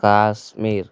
Kashmir